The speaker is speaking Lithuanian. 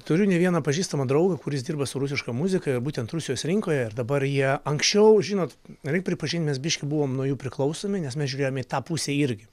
turiu ne vieną pažįstamą draugą kuris dirba su rusiška muzika ir būtent rusijos rinkoje ir dabar jie anksčiau žinot reik pripažint mes biškį buvom nuo jų priklausomi nes mes žiūrėjom į tą pusę irgi